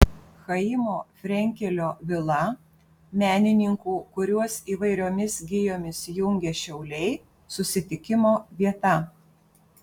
chaimo frenkelio vila menininkų kuriuos įvairiomis gijomis jungia šiauliai susitikimo vieta